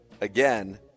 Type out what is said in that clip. again